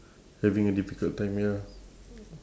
having a difficult time ya